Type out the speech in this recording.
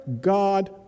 God